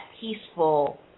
peaceful